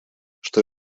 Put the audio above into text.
что